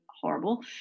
horrible